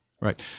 Right